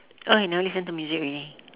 oh he never listen to music already